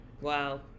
Wow